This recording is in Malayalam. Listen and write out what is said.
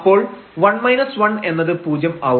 അപ്പോൾ 1 1 എന്നത് പൂജ്യം ആവും